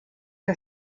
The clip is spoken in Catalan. que